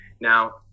Now